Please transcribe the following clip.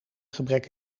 gebrek